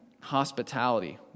hospitality